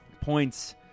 points